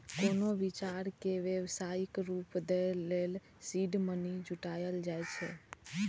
कोनो विचार कें व्यावसायिक रूप दै लेल सीड मनी जुटायल जाए छै